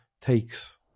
takes